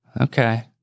Okay